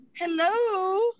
Hello